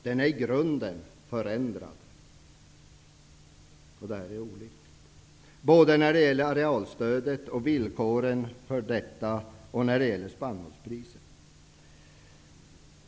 Den är i grunden förändrad när det gäller arealstödet och villkoren för detta samt spannmålspriset, vilket är olyckligt.